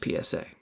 PSA